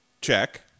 check